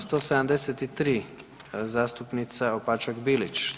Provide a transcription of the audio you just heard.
173. zastupnica Opačak Bilić.